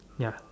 ya